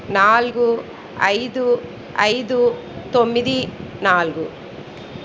నాలుగు ఐదు ఐదు తొమ్మిది నాలుగు